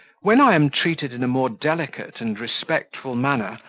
when i am treated in a more delicate and respectful manner,